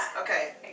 Okay